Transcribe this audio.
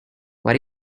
what